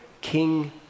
King